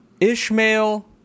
Ishmael